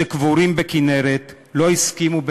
שקבורים בכינרת, לא הסכימו ביניהם.